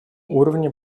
уровне